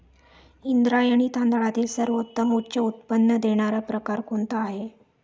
इंद्रायणी तांदळातील सर्वोत्तम उच्च उत्पन्न देणारा प्रकार कोणता आहे?